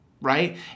right